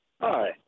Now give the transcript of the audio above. Hi